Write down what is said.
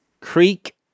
Creek